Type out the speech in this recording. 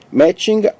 matching